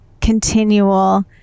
continual